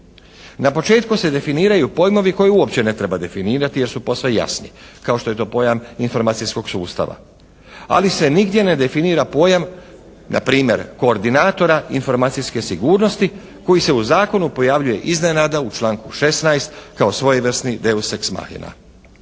Na početku se definiraju pojmovi koje uopće ne treba definirati jer su posve jasni. Kao što je to pojam informacijskog sustava. Ali se nigdje ne definira pojam na primjer koordinatora informacijske sigurnosti koji se u zakonu pojavljuje iznenada u članku 16. kao svojevrsni «deus ex mahea».